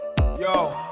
Yo